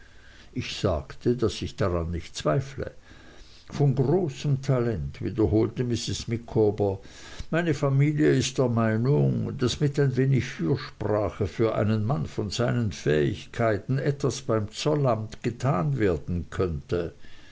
ich sagte daß ich daran nicht zweifle von großem talent wiederholte mrs micawber meine familie ist der meinung daß mit ein wenig fürsprache für einen mann von seinen fähigkeiten etwas beim zollamt getan werden könnte